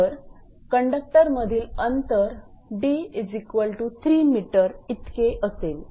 तर कंडक्टर मधील अंतर 𝐷3𝑚 इतके असेल